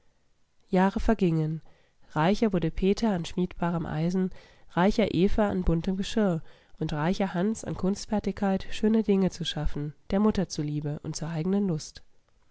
jahre vergingen reicher wurde peter an schmiedbarem eisen reicher eva an buntem geschirr und reicher hans an kunstfertigkeit schöne dinge zu schaffen der mutter zuliebe und zur eigenen lust